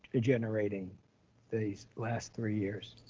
ah generating these last three years?